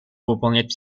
выполнять